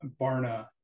Barna